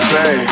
Say